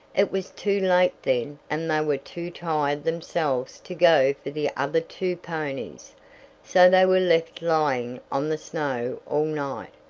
it was too late then, and they were too tired themselves to go for the other two ponies so they were left lying on the snow all night,